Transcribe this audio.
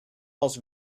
most